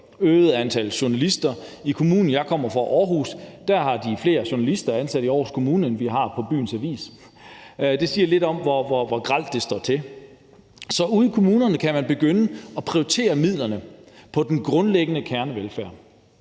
øget antal journalister i kommunen. Jeg kommer fra Aarhus. Der har de flere journalister ansat i Aarhus Kommune, end vi har på byens avis. Det siger lidt om, hvor grelt det står til. Så ude i kommunerne kan man begynde at prioritere midlerne på den grundlæggende kernevelfærd.